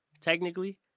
technically